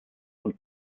und